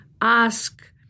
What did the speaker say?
ask